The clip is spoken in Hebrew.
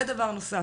ודבר נוסף,